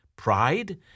pride